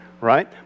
right